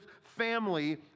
family